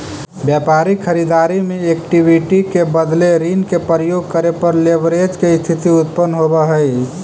व्यापारिक खरीददारी में इक्विटी के बदले ऋण के प्रयोग करे पर लेवरेज के स्थिति उत्पन्न होवऽ हई